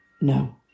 no